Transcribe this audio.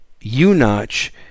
U-notch